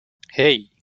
hey